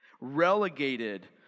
Relegated